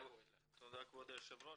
תודה כבוד היושב ראש,